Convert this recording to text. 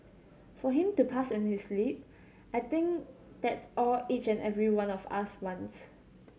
for him to pass in his sleep I think that's all each and every one of us wants